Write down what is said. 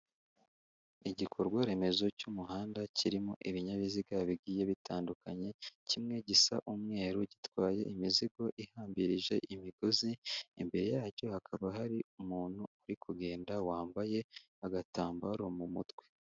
Igikorwa remezo, cy'umuhanda kirimo ibinyabiziga bigiye bitandukanye, kimwe gisa umweru, gitwaye imizigo ihambirije imigozi ,imbere yacyo hakaba hari umuntu uri kugenda wambaye agatambaro mu mutwe.